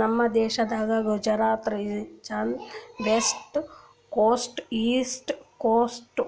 ನಮ್ ದೇಶದಾಗ್ Gujarat region, west coast, east coast,